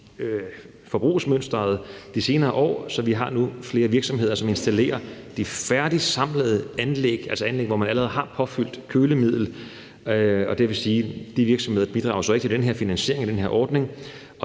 forbrugsmønstret de senere år, så vi nu har flere virksomheder, som installerer færdigsamlede anlæg, altså anlæg, hvor man allerede har påfyldt kølemiddel, og det vil sige, at de virksomheder så ikke bidrager til den her finansiering af den her ordning.